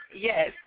Yes